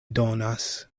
donas